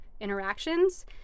interactions